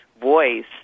voice